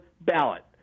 ballot